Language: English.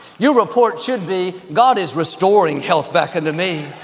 your report should be, god is restoring health back unto me.